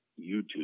YouTube